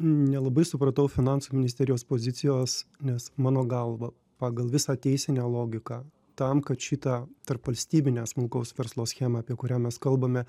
nelabai supratau finansų ministerijos pozicijos nes mano galva pagal visą teisinę logiką tam kad šitą tarpvalstybinę smulkaus verslo schemą apie kurią mes kalbame